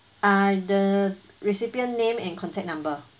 uh the recipient name and contact number